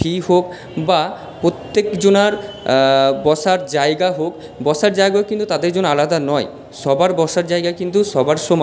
ফি হোক বা প্রত্যেকজনার বসার জায়গা হোক বসার জায়গাও কিন্তু তাদের জন্য আলাদা নয় সবার বসার জায়গা কিন্তু সবার সমান